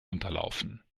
unterlaufen